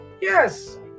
Yes